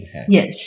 Yes